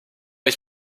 ich